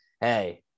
hey